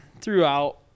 throughout